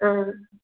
ꯑ